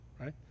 right